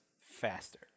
faster